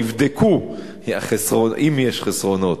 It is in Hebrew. נבדק אם יש חסרונות.